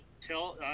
tell